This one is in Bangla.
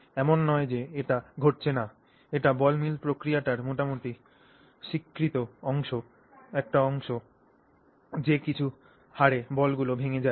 এমন নয় যে এটি ঘটছে না এটি বল মিল প্রক্রিয়াটির মোটামুটি স্বীকৃত একটি অংশ যে কিছু হারে বলগুলি ভেঙে যায়